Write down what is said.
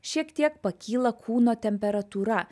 šiek tiek pakyla kūno temperatūra